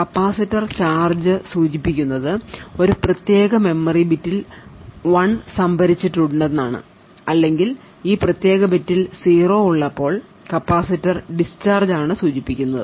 capacitor charge സൂചിപ്പിക്കുന്നത് ഒരു പ്രത്യേക മെമ്മറി ബിറ്റിൽ 1 സംഭരിച്ചിട്ടുണ്ടെന്നാണ് അല്ലെങ്കിൽ ഈ പ്രത്യേക ബിറ്റിൽ 0 ഉള്ളപ്പോൾ കപ്പാസിറ്റർ ഡിസ്ചാർജ് ആണ് സൂചിപ്പിക്കുന്നത്